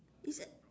it's at